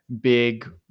big